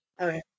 Okay